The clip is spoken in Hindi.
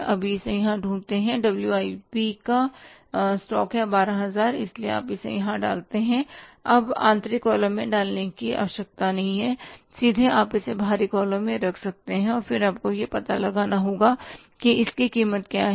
अभी इसे यहां ढूंढते हैं WIP W I P stock है रु 12000 इसलिए आप इसे यहां डालते हैं अब आंतरिक कॉलम में डालने की आवश्यकता नहीं है सीधे आप इसे बाहरी कॉलम में रख सकते हैं और फिर आपको यह पता लगाना होगा कि इसकी कीमत क्या है